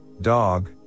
dog